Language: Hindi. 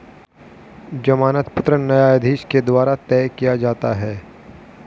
जमानत पत्र न्यायाधीश के द्वारा तय किया जाता है